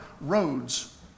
roads